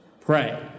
pray